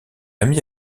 ami